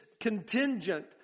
contingent